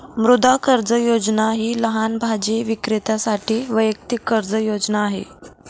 मुद्रा कर्ज योजना ही लहान भाजी विक्रेत्यांसाठी वैयक्तिक कर्ज योजना आहे